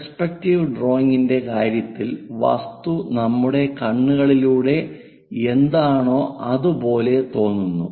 perspective ഡ്രോയിംഗിന്റെ കാര്യത്തിൽ വസ്തു നമ്മുടെ കണ്ണുകളിലൂടെ എന്താണോ അത് പോലെ തോന്നുന്നു